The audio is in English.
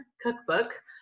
cookbook